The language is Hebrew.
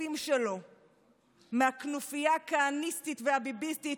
השותפים שלו מהכנופיה הכהניסטית והביביסטית,